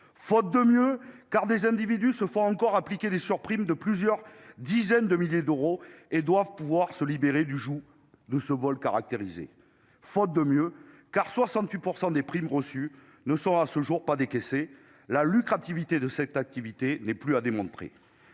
Faute de mieux, car des individus se voient encore appliquer des surprimes de plusieurs dizaines de milliers d'euros et doivent pouvoir se libérer du joug de ce vol caractérisé. Faute de mieux, car 68 % des primes reçues ne sont à ce jour pas décaissés. La lucrativité de cette activité n'est plus à démontrer.